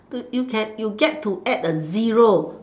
you you can you get to add a zero